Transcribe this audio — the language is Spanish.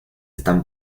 están